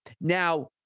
Now